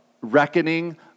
reckoning